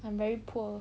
I'm very poor